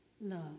love